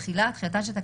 תימחק.